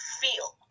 feel